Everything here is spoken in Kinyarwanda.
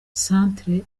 centre